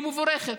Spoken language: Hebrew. והיא מבורכת.